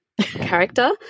character